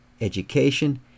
education